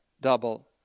double